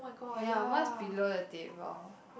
ya mine is below the table